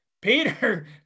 Peter